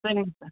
சரிங்க சார்